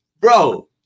bro